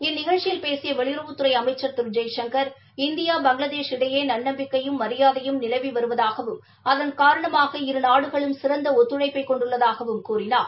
இந்நிகழ்ச்சியில் பேசிய வெளியுறவுத்துறை அமைச்சர் திரு ஜெய்சங்கர் இந்தியா பங்ளாதேஷ் இடையே நன்னப்பிக்கையும் மரியாதையும் நிலவி வருவதாகவும் அதன் காரணமாக இரு நாடுகளும் சிறந்த ஒத்துழைப்பை கொண்டுள்ளதாகவும் கூறினார்